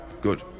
Good